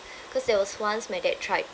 cause there was once my dad tried